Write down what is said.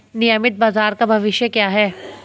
नियमित बाजार का भविष्य क्या है?